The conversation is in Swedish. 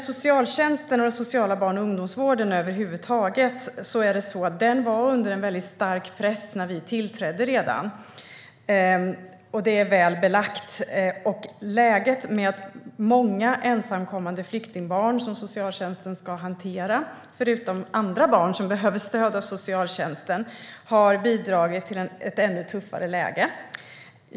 Socialtjänsten och den sociala barn och ungdomsvården över huvud taget var under en väldigt stark press redan när vi tillträdde. Det är väl belagt. De många ensamkommande flyktingbarn som socialtjänsten ska hantera, förutom andra barn som behöver stöd av socialtjänsten, har bidragit till ett ännu tuffare läge.